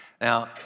Now